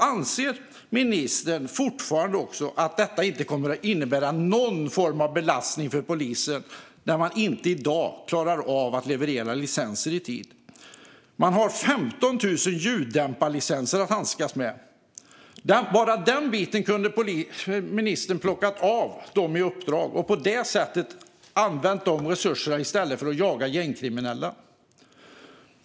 Anser ministern fortfarande att detta inte kommer att innebära någon form av belastning för polisen? I dag klarar man inte av att leverera licenser i tid. Man har 15 000 ljuddämparlicenser att handskas med. Bara den biten kunde ministern ha plockat bort från deras uppdrag. De resurserna kunde i stället ha använts för att jaga gängkriminella.